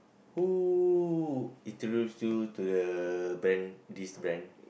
who introduce you to the brand this brand